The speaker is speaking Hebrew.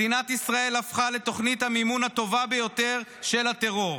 מדינת ישראל הפכה לתוכנית המימון הטובה ביותר של הטרור.